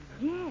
Yes